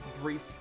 brief